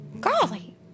Golly